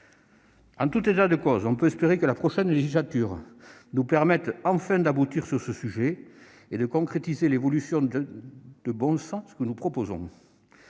En tout état de cause, on peut espérer que la prochaine législature nous permette enfin d'aboutir sur ce sujet et de concrétiser l'évolution de bon sens que nous proposons.